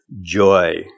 joy